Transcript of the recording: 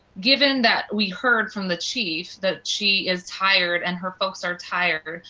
given that we heard from the chief, that she is tired and her folks are tired,